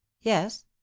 yes